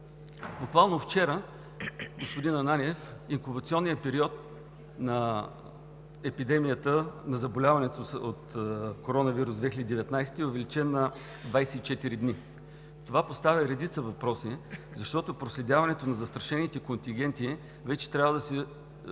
Буквално вчера, господин Ананиев, инкубационният период на заболяването от коронавирус 2019 е увеличен на 24 дни. Това поставя редица въпроси, защото проследяването на застрашените контингенти вече трябва да се